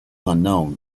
unknown